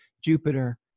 Jupiter